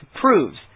proves